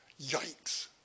Yikes